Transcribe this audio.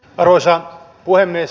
arvoisa puhemies